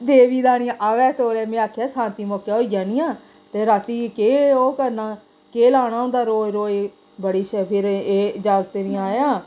देवी दा नी आवै तोलै में आखेआ सांती मोकै होई आनी आं ते राती केह् ओह् करना केह् लाना होंदा रोज रोज बड़ी सफे दे एह् जागत नी आया